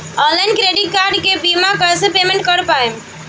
Online credit card के bill कइसे payment कर पाएम?